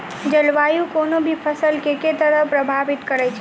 जलवायु कोनो भी फसल केँ के तरहे प्रभावित करै छै?